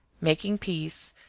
making peace,